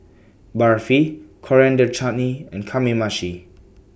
Barfi Coriander Chutney and Kamameshi